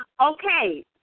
okay